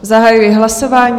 Zahajuji hlasování.